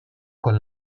con